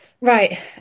right